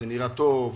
זה נראה טוב,